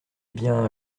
bien